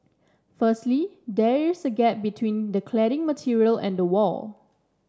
firstly there is a gap between the cladding material and the wall